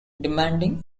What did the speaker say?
demanding